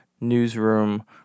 newsroom